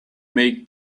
make